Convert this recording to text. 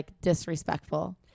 disrespectful